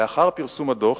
לאחר פרסום הדוח,